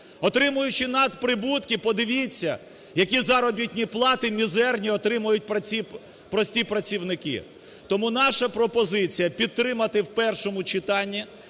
отримуючи надприбутки, подивіться, які заробітні плати мізерні отримують прості працівники. Тому наша пропозиція: підтримати в першому читанні,